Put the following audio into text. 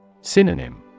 Synonym